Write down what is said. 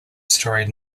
story